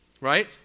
Right